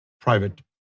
private